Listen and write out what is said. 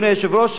אדוני היושב-ראש,